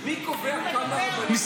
מי קובע כמה רבנים יש?